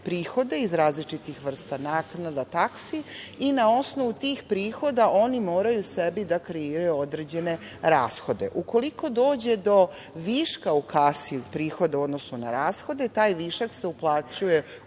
iz različitih vrsta naknada, taksi i na osnovu tih prihoda oni moraju sebi da kreiraju određene rashode. Ukoliko dođe do viška u kasi od prihoda u odnosu na rashode taj višak se uplaćuje u